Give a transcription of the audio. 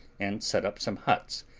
and set up some huts,